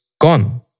gone